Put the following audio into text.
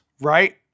right